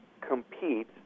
compete